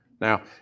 Now